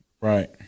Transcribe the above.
right